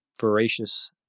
voracious